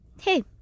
hey